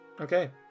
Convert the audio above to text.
Okay